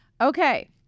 Okay